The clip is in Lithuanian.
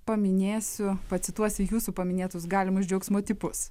paminėsiu pacituosiu jūsų paminėtus galimus džiaugsmo tipus